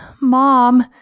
Mom